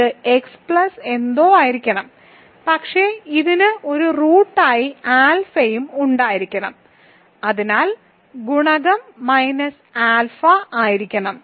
ഇത് x plus എന്തോ ആയിരിക്കണം പക്ഷേ ഇതിന് ഒരു റൂട്ടായി ആൽഫയും ഉണ്ടായിരിക്കണം അതിനാൽ ഗുണകം മൈനസ് ആൽഫ ആയിരിക്കണം